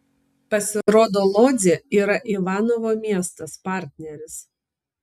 pasirodo lodzė yra ivanovo miestas partneris